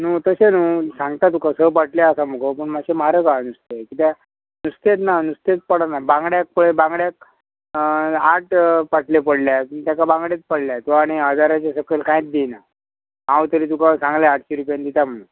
न्हू तशें न्हू सांगता तुका स पाटलें आसा मुगो पूण मातशें म्हारग आहा नुस्तें कित्याक नुस्तेंच ना नुस्तेंच पडना बांगड्याक पळय बांगड्याक आठ पाटले पडल्यात ताका बांगडेच पडल्यात तो आनी हजाराचें सकयल कांयच दिना हांव तरी तुका सांगलें आटशीं रुपयान दिता म्हणून